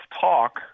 talk